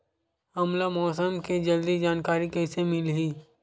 हमला मौसम के जल्दी जानकारी कइसे मिलही?